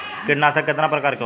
कीटनाशक केतना प्रकार के होला?